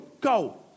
Go